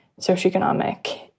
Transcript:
socioeconomic